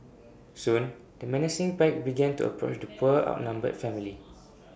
soon the menacing pack began to approach the poor outnumbered family